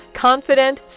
Confident